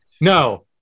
no